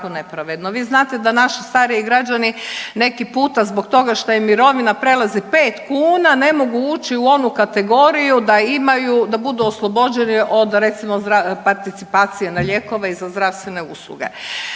Vi znate da naši stariji građani neki puta zbog toga što im mirovina prelazi 5 kuna ne mogu ući u onu kategoriju da imaju, da budu oslobođeni, od recimo, participacije na lijekove i za zdravstvene usluge.